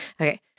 Okay